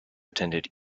attended